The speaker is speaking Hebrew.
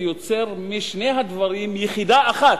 ויוצר משני הדברים יחידה אחת,